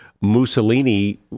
mussolini